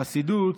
בחסידות,